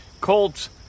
Colts